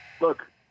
look